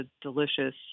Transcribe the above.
delicious